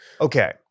Okay